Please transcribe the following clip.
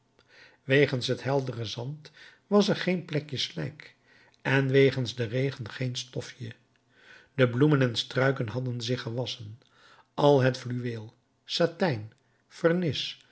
wegens het heldere zand was er geen plekje slijk en wegens den regen geen stofje de bloemen en struiken hadden zich gewasschen al het fluweel satijn